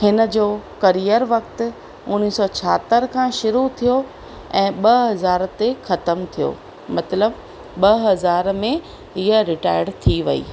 हिन जो करियर वक़्तु उणिवीह सौ छाहतरि खां शुरू थियो ऐं ॿ हज़ार ते ख़तमु थियो मतिलबु ॿ हज़ार में हीअ रिटायर थी वई